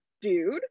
dude